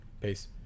peace